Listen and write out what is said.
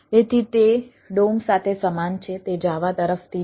તેથી તે DOM સાથે સમાન છે તે જાવા તરફથી છે